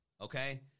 Okay